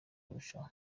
kurushaho